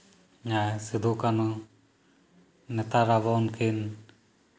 ᱡᱟᱦᱟᱸᱭ ᱥᱤᱫᱷᱩᱼᱠᱟᱹᱱᱦᱩ ᱱᱮᱛᱟᱨ ᱟᱵᱚ ᱩᱱᱠᱤᱱ